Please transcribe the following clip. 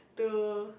to